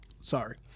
Sorry